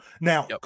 Now